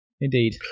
Indeed